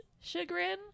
chagrin